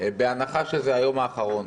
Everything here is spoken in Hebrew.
בהנחה שזה היום האחרון.